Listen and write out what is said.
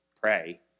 pray